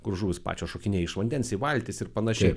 kur žuvys pačios šokinėja iš vandens į valtis ir panašiai